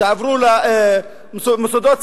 תעברו למוסדות ציבור,